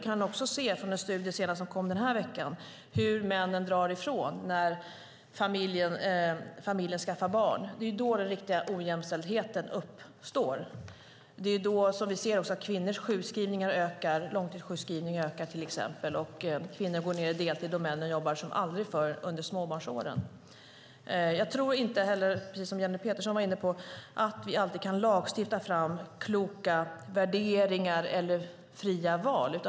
Det kom en studie i veckan om hur männen drar ifrån när familjen skaffar barn. Det är då den riktiga ojämställdheten uppstår och kvinnors sjukskrivningar ökar, även långtidssjukskrivningarna. Kvinnor går ned i deltid under småbarnsåren, men män jobbar som aldrig förr. Som Jenny Petersson var inne på kan vi inte alltid lagstifta fram kloka värderingar och fria val.